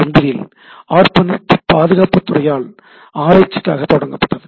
1969 இல் ஆர்ப்பாநெட் பாதுகாப்பு துறையால் ஆராய்ச்சிக்காக தொடங்கப்பட்டது